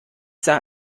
sah